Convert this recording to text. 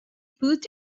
put